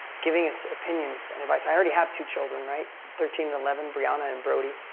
giving us opinions and advice. i already have two children, right? thirteen and eleven, brianna and brody.